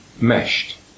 meshed